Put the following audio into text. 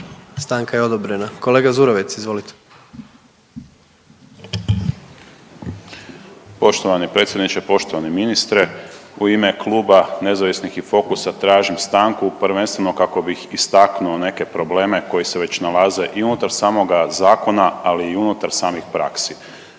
Stanka je odobrena. Kolega Zurovec, izvolite. **Zurovec, Dario (Fokus)** Poštovani predsjedniče, poštovani ministre. U ime Kluba nezavisnih i Fokusa tražim stanku prvenstveno kako bih istaknuo neke probleme koji se već nalaze i unutar samoga zakona, ali i unutar samih praksi.